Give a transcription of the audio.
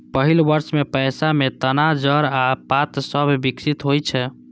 पहिल वर्ष मे पौधा मे तना, जड़ आ पात सभ विकसित होइ छै